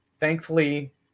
Thankfully